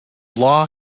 law